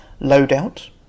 Loadout